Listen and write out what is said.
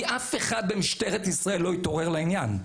כי אף אחד במשטרת ישראל לא התעורר לעניין.